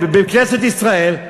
בכנסת ישראל,